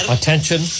Attention